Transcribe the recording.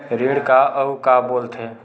ऋण का अउ का बोल थे?